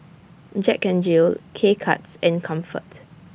Jack N Jill K Cuts and Comfort